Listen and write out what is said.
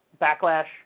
backlash